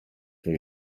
für